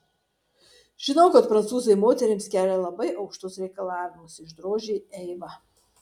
žinau kad prancūzai moterims kelia labai aukštus reikalavimus išdrožė eiva